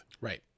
Right